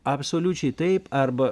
absoliučiai taip arba